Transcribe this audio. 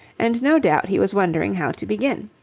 and no doubt he was wondering how to begin.